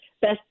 best